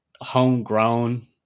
homegrown